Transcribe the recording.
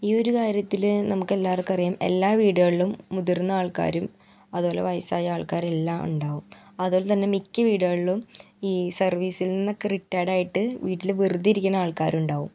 ഈ ഒരു കാര്യത്തിൽ നമുക്ക് എല്ലാവർക്കും അറിയാം എല്ലാ വീടുകളിലും മുതിർന്ന ആൾക്കാരും അതുപോലെ വയസ്സായ ആൾക്കാരും എല്ലാം ഉണ്ടാവും അതുപോലെ തന്നെ മിക്ക വീടുകളിലും ഈ സർവീസിൽ നിന്നൊക്കെ റിട്ടയർഡ് ആയിട്ട് വീട്ടിൽ വെറുതെ ഇരിക്കുന്ന ആൾക്കാരുണ്ടാവും